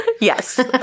Yes